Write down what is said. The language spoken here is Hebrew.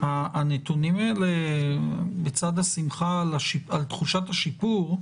בצד השמחה על תחושת השיפור,